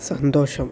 സന്തോഷം